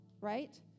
right